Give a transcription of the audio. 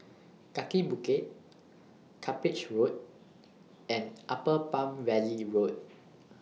Kaki Bukit Cuppage Road and Upper Palm Valley Road